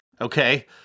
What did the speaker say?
okay